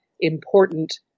important